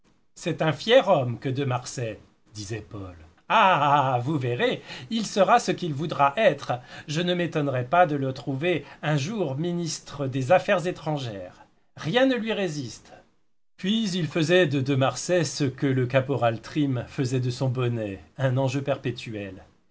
c'est un fier homme que de marsay disait paul ha ha vous verrez il sera ce qu'il voudra être je ne m'étonnerais pas de le trouver un jour ministre des affaires étrangères rien ne lui résiste puis il faisait de de marsay ce que le caporal trim faisait de son bonnet un enjeu perpétuel